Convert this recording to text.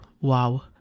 Wow